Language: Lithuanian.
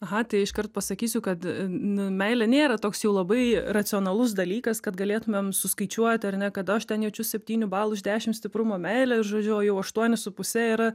aha tai iškart pasakysiu kad nu meilė nėra toks jau labai racionalus dalykas kad galėtumėm suskaičiuoti ar ne kad aš ten jaučiu septynių balų iš dešim stiprumo meilę žodžiu o jau aštuoni su puse yra